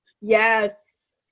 yes